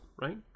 right